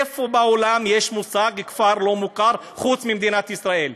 איפה בעולם יש מושג כפר לא מוכר חוץ מבמדינת ישראל?